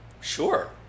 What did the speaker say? Sure